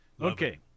Okay